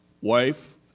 wife